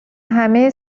همه